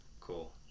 cool